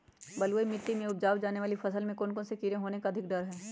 बलुई मिट्टी में उपजाय जाने वाली फसल में कौन कौन से कीड़े होने के अधिक डर हैं?